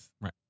right